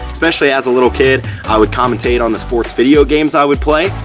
especially as a little kid, i would commentate on the sports video games i would play,